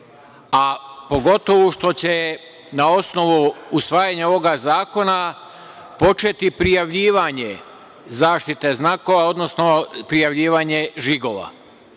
a pogotovu što će, na osnovu usvajanja ovog zakona, početi prijavljivanje zaštite znakova, odnosno prijavljivanje žigova,